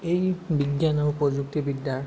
এই বিজ্ঞান আৰু প্ৰযুক্তিবিদ্যাৰ